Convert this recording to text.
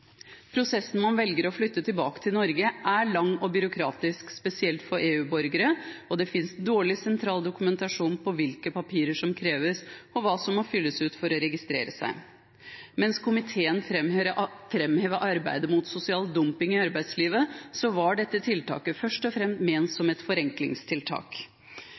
Prosessen når man velger å flytte tilbake til Norge, er lang og byråkratisk, spesielt for EU-borgere, og det finnes dårlig sentral dokumentasjon på hvilke papirer som kreves, og hva som må fylles ut for å registrere seg. Mens komiteen framhever arbeidet mot sosial dumping i arbeidslivet, var dette tiltaket først og fremst ment som et forenklingstiltak.